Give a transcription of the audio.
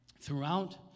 Throughout